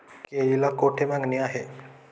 केळीला कोठे मागणी आहे?